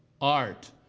art